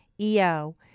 EO